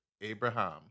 Abraham